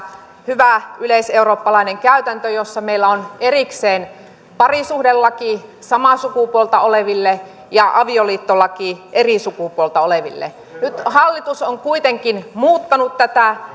hyvä yleiseurooppalainen käytäntö jossa meillä on erikseen parisuhdelaki samaa sukupuolta oleville ja avioliittolaki eri sukupuolta oleville nyt hallitus on kuitenkin muuttanut tätä